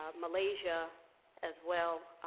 ah malaysia as well,